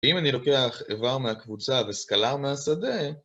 אם אני לוקח איבר מהקבוצה וסקלר מהשדה